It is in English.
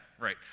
Right